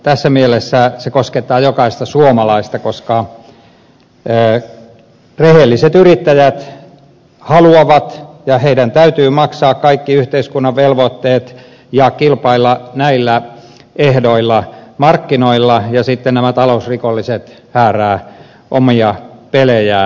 tässä mielessä se koskettaa jokaista suomalaista koska rehelliset yrittäjät haluavat ja heidän täytyy maksaa kaikki yhteiskunnan velvoitteet ja kilpailla näillä ehdoilla markkinoilla ja sitten nämä talousrikolliset hääräävät pelaten omia pelejään